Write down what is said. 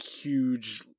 huge